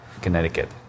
Connecticut